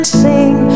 sing